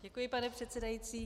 Děkuji, pane předsedající.